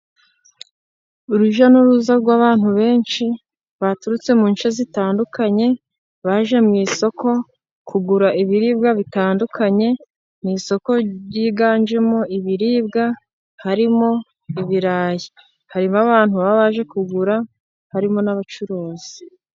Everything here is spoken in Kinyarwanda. Urujya n'uruza rw'abantu benshi, baturutse mu nce zitandukanye baje mu isoko, kugura ibiribwa bitandukanye mu isoko ryiganjemo ibiribwa, harimo ibirayi, harimo abantu baba baje kugura harimo n'abacuruzi.